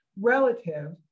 relative